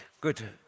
Good